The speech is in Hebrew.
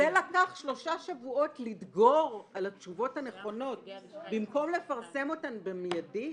ולקח שלושה שבועות לדגור על התשובות הנכונות במקום לפרסם אותן במיידי,